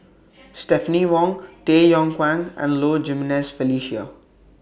Stephanie Wong Tay Yong Kwang and Low Jimenez Felicia